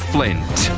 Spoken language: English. Flint